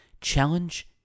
challenge